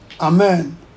Amen